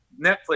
netflix